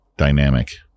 Dynamic